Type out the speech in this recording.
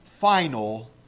final